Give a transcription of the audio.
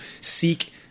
seek